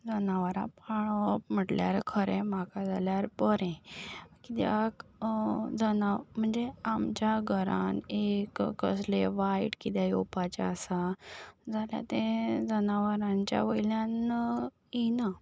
जनावरां पाळप म्हटल्यार खरें म्हाका जाल्यार बरें कित्याक जनावर म्हणचे आमच्या घरांत एक कसलें वायट कितें येवपाचें आसा जाल्यार तें जनावरांच्या वयल्यान येना